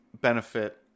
benefit